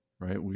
right